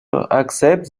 accept